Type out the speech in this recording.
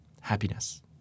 happiness